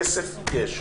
כסף יש.